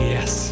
Yes